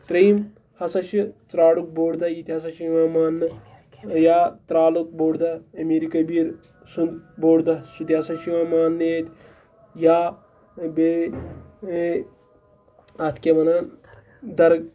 ترٛیٚیِم ہَسا چھِ ژرٛارُک بوٚڈ دۄہ یہِ تہِ ہَسا چھِ یِوان ماننہٕ یا ترٛالُک بوٚڈ دۄہ أمیٖرِ کبیٖر سُنٛد بوٚڈ دۄہ سُہ تہِ ہَسا چھُ یِوان ماننہٕ ییٚتہِ یا بیٚیہِ اَتھ کیٛاہ وَنان دَرٕ